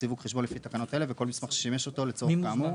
סיווג חשבון לפי תקנות אלה וכל מסמך ששימש אותו לצורך כאמור,